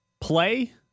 play